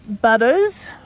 butters